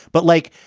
but like,